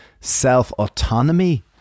self-autonomy